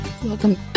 Welcome